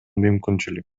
мүмкүнчүлүк